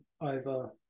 over